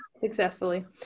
successfully